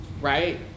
right